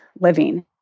living